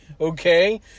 Okay